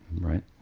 right